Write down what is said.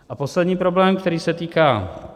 A poslední problém, který se týká...